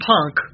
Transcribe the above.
Punk